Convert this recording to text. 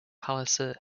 palliser